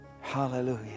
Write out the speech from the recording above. Hallelujah